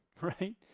right